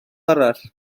arall